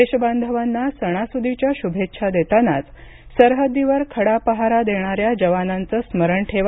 देशबांधवाना सणासुदीच्या शुभेच्छा देतानाच सरहद्दीवर खडा पहारा देणाऱ्या जवानांचं स्मरण ठेवा